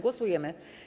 Głosujemy.